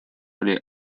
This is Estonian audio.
oli